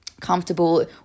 comfortable